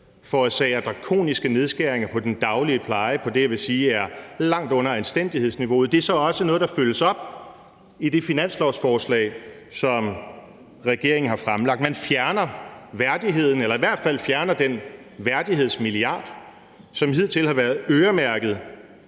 forårsager drakoniske nedskæringer på den daglige pleje, som jeg vil sige er langt under anstændighed. For det er så også noget, der følges op i det finanslovsforslag, som regeringen har fremsat. Man fjerner værdigheden, eller i hvert fald fjerner man den værdighedsmilliard, som hidtil har været øremærket